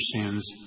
sins